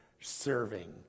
serving